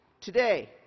Today